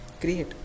create